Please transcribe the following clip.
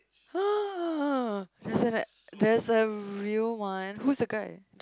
there's and it there's a real one who's the guy